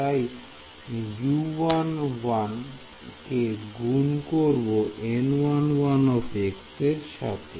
তাই কে গুন করব এর সাথে